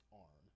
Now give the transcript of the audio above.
arm